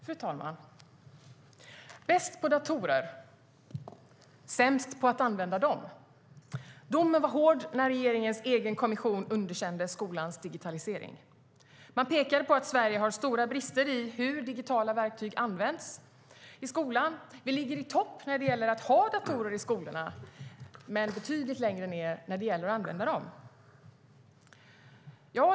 Fru talman! Bäst på datorer, sämst på att använda dem - domen var hård när regeringens egen kommission underkände skolans digitalisering. Man pekade på att Sverige har stora brister i hur digitala verktyg används i skolan. Vi ligger i topp när det gäller att ha datorer i skolorna, men betydligt längre ned när det gäller att använda dem.